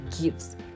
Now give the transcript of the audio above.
gives